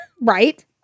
Right